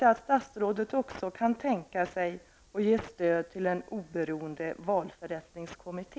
Kan statsrådet också tänka sig att ge stöd till en oberoende valförrättningskommitté?